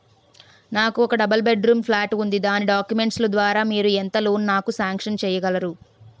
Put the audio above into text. నాకు ఒక double bedroom flat ఉంది దాని డాక్యుమెంట్స్ లు ద్వారా మీరు ఎంత లోన్ నాకు సాంక్షన్ చేయగలరు?